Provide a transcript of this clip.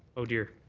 oh, dear!